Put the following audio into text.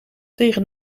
tegen